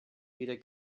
weder